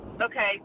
Okay